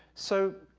so,